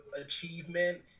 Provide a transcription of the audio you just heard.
achievement